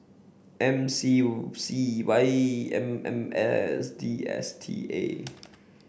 M C C Y M M S D S T A